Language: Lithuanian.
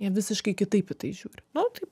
jie visiškai kitaip į tai žiūri nu taip